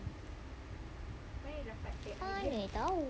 mana I tahu